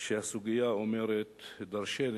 שהסוגיה אומרת דורשני,